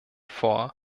vor